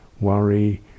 worry